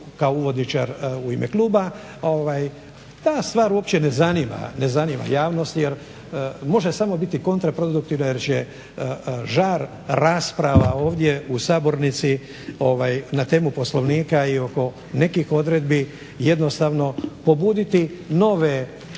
kao uvodničar u ime kluba, ta stvar uopće ne zanima javnost jer može biti samo kontraproduktivno jer će žar rasprava ovdje u sabornici na temu Poslovnika i oko nekih odredbi jednostavno pobuditi nove